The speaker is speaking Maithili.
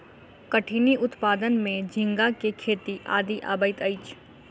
कठिनी उत्पादन में झींगा के खेती आदि अबैत अछि